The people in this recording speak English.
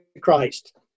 Christ